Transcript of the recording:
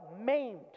maimed